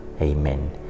Amen